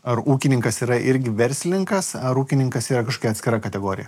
ar ūkininkas yra irgi verslininkas ar ūkininkas yra kažkokia atskira kategorija